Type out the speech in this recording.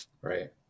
Right